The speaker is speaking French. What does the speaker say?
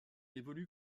évolue